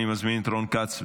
אני מזמין את רון כץ.